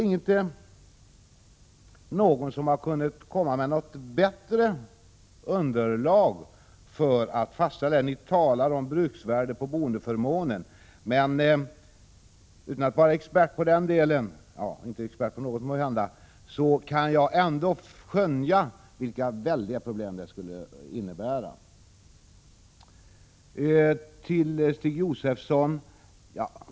Ingen har kunnat föreslå något bättre underlag för att fastställa skatten. Ni talar om bruksvärde på boendeförmånen, men utan att vara expert på den delen — eller ens i någon del måhända — kan jag ändock skönja vilka enorma problem en sådan bedömning skulle innebära.